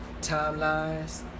Timelines